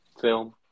Film